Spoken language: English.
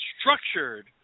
structured